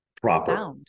proper